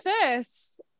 first